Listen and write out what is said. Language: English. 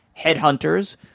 Headhunters